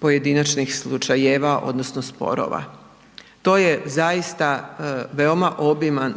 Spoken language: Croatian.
pojedinačnih slučajeva odnosno sporova. To je zaista veoma obiman